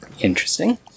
interesting